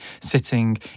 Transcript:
sitting